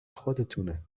خودتونه